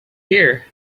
here